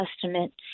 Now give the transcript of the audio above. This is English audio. Testament